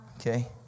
okay